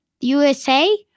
USA